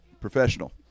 Professional